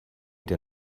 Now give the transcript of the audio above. der